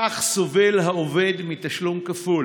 כך סובל העובד מתשלום כפול